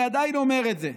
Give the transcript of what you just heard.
אני עדיין אומר את זה,